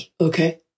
Okay